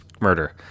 murder